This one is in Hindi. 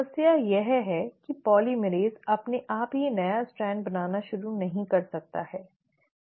समस्या यह है कि पॉलीमरेज़ अपने आप ही नया स्ट्रैंड बनाना शुरू नहीं कर सकता है